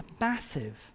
massive